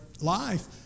life